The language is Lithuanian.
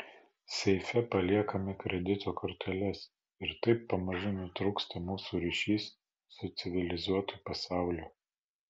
seife paliekame kredito korteles ir taip pamažu nutrūksta mūsų ryšys su civilizuotu pasauliu